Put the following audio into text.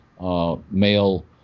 male